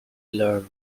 lower